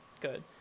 good